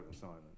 silence